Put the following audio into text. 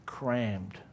crammed